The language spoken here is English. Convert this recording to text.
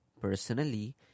personally